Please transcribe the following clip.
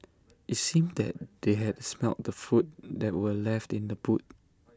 IT seemed that they had smelt the food that were left in the boot